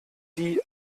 die